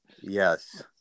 Yes